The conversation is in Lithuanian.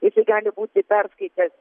jisai gali būti perskaitęs